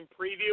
preview